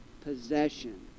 possession